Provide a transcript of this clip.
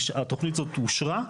התוכנית הזו אושרה,